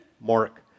Mark